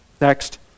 Next